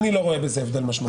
אני לא רואה בזה הבדל משמעותי.